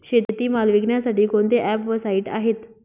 शेतीमाल विकण्यासाठी कोणते ॲप व साईट आहेत?